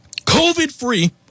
COVID-free